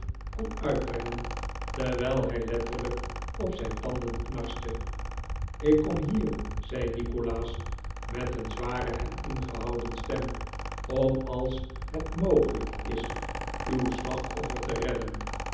kon uitbrengen terwijl hij letterlijk op zijn tanden knarste ik kom hier zei nikolaas met een zware en ingehouden stem om als het mogelijk is uw slachtoffer te redden